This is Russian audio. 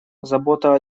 забота